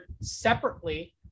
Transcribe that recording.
separately